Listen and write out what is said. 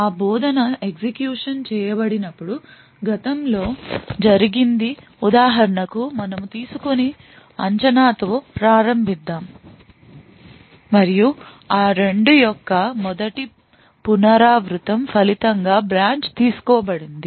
ఆ బోధన ఎగ్జిక్యూషన్ చేయబడినప్పుడు గతంలో జరిగింది ఉదాహరణకు మనము తీసుకోని అంచనాతో ప్రారంభిద్దాం మరియు ఆ 2 యొక్క మొదటి పునరావృతం ఫలితంగా బ్రాంచ్ తీసుకోబడింది